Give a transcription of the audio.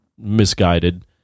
misguided